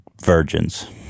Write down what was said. virgins